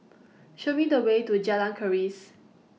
Show Me The Way to Jalan Keris